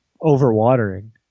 Over-watering